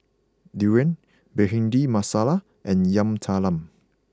Durian Bhindi Masala and Yam Talam